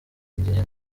igihe